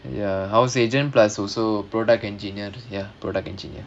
ya house agent plus also product engineer ya product engineer